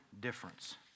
difference